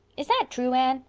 is that true, anne?